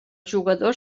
jugador